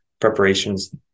preparations